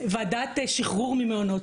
ועדת שחרור ממעונות,